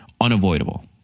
unavoidable